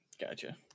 Gotcha